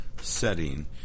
setting